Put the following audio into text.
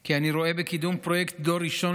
כי אני רואה בקידום פרויקט "דור ראשון"